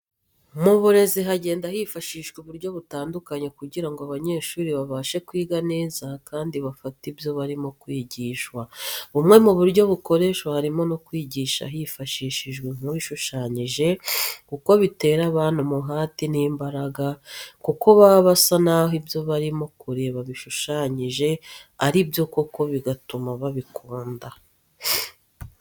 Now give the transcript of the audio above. Mu burezi hagenda hifashishwa uburyo butandukanye kugira ngo abanyeshuri babashe kwiga neza kandi bafate ibyo barimo kwigishwa. Bumwe mu buryo bukoreshwa harimo no kwigisha hifashishijwe inkuru ishushanyije kuko bitera abana umuhati n'imbaraga kuko baba basa naho ibyo barimo kureba bishushanyije ari byo koko bigatuma babikunda.